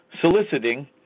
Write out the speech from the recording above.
soliciting